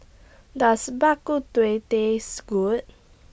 Does Bak Kut Teh Taste Good